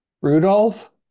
Rudolph